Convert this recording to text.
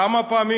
כמה פעמים,